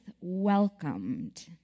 welcomed